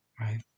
right